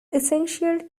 essential